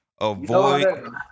Avoid